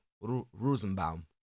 Rosenbaum